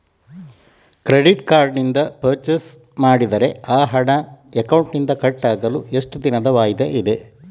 Credit card ನಿಂದ purchase ಮಾಡಿದರೆ ಆ ಹಣ ಅಕೌಂಟಿನಿಂದ ಕಟ್ ಆಗಲು ಎಷ್ಟು ದಿನದ ವಾಯಿದೆ ಇದೆ?